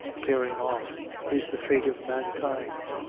pairing off is the fate of mankind.